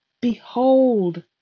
Behold